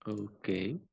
Okay